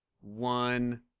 One